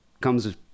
comes